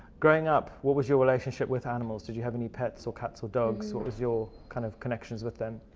growing up, what was your relationship with animals? did you have any pets or cats or dogs? what was your kind of connections with them?